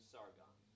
Sargon